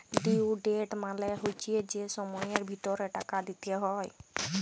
due date মালে হচ্যে যে সময়ের ভিতরে টাকা দিতে হ্যয়